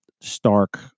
stark